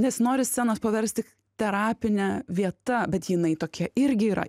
nesinori scenos paversti terapine vieta bet jinai tokia irgi yra